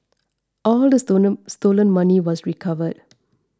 all the stolen stolen money was recovered